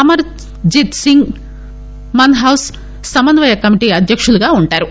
అమర్ జిత్ సింగ్ మాన్ హాస్ సమన్వయ కమిటీ అధ్యకులుగా ఉంటారు